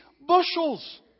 bushels